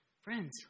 Friends